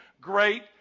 great